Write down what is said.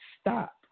Stop